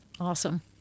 Awesome